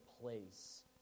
place